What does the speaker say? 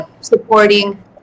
supporting